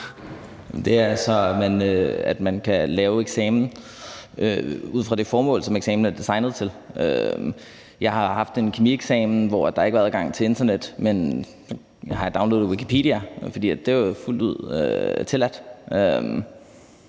Det er, for at man kan lave eksamener ud fra det formål, som eksamener er designet til. Jeg har været til en kemieksamen, hvor der ikke var adgang til internettet, men jeg havde downloadet Wikipedia, for det var fuldt ud tilladt.